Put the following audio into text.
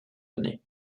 années